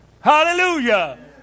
Hallelujah